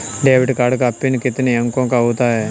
Debit card का pin कितने अंकों का होता है?